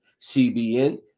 CBN